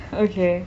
okay